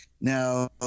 Now